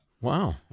Wow